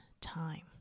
time